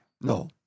no